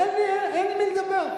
אין עם מי לדבר,